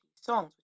songs